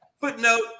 footnote